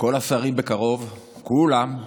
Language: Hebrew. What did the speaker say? כל השרים בקרוב, כולם,